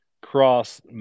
cross